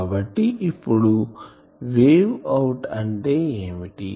కాబట్టి ఇప్పుడు wave out అంటే ఏమిటి